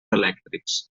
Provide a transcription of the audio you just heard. elèctrics